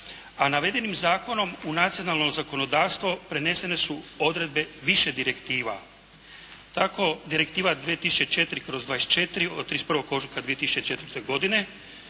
a navedenim zakonom u nacionalno zakonodavstvo prenesene su odredbe više direktiva. Tako Direktiva 2004/24 od 31. ožujka 2004. godine